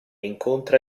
incontra